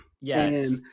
Yes